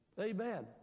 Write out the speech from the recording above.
Amen